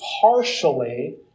partially